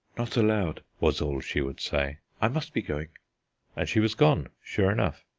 not allowed, was all she would say. i must be going and she was gone, sure enough.